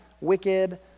wicked